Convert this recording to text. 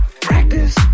Practice